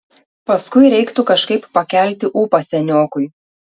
paskui reiktų kažkaip pakelti ūpą seniokui